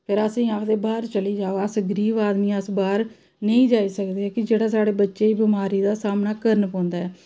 फिर असें गी आखदे बाह्र चली जाओ अस गरीब आदमी अस बाह्र नेईं जाई सकदे कि जेहड़ा साढ़े बच्चें गी बमारी दा सामना करना पौंदा ऐ